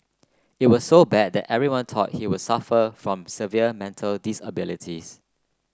it was so bad that everyone thought he would suffer from severe mental disabilities